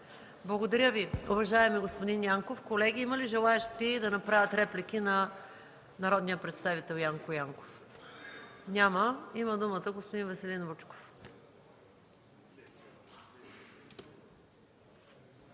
Благодаря Ви, уважаеми господин Янков. Колеги, има ли желаещи да направят реплики на народния представител Янко Янков? Няма. Има думата господин Веселин Вучков.